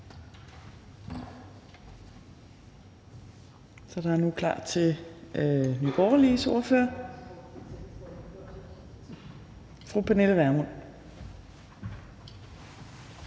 Der er nu klar til Nye Borgerliges ordfører, fru Pernille Vermund.